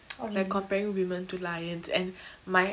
like comparing women to lions and my